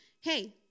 hey